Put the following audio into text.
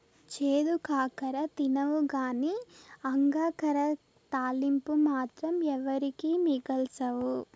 చేదు కాకర తినవుగానీ అంగాకర తాలింపు మాత్రం ఎవరికీ మిగల్సవు